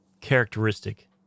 characteristic